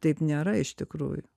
taip nėra iš tikrųjų